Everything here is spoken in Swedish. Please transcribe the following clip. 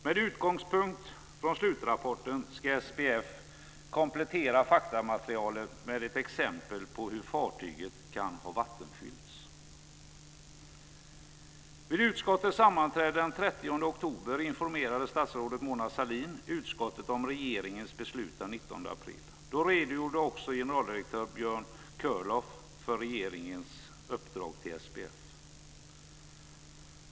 Med utgångspunkt i slutrapporten ska SPF komplettera faktamaterialet med ett exempel på hur fartyget kan ha vatttenfyllts. Vid utskottets sammanträde den 30 oktober informerade statsrådet Mona Sahlin utskottet om regeringens beslut den 19 april. Då redogjorde också generaldirektör Björn Körlof för regeringens uppdrag till SPF.